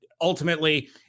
ultimately